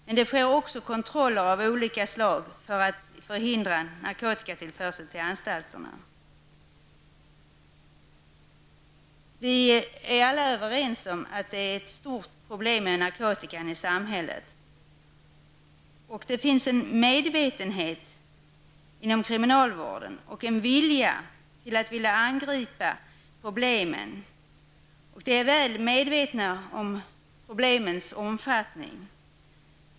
Men det sker också kontroller av olika slag för att förhindra narkotikatillförsel till anstalterna. Alla är överens om att narkotikan i samhället är ett stort problem. Det finns inom kriminalvården en medvetenhet och en vilja att angripa problemen. Och man är väl medveten om problemens omfattning.